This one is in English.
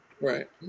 right